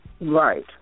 Right